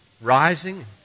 rising